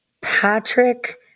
Patrick